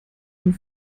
dem